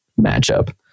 matchup